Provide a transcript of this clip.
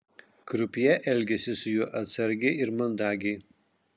krupjė elgėsi su juo atsargiai ir mandagiai